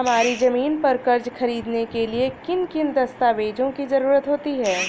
हमारी ज़मीन पर कर्ज ख़रीदने के लिए किन किन दस्तावेजों की जरूरत होती है?